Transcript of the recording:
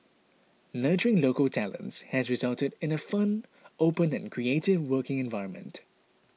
nurturing local talents has resulted in a fun open and creative working environment